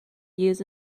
used